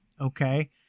Okay